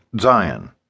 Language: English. Zion